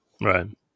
Right